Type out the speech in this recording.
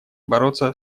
бороться